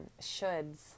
shoulds